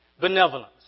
Benevolence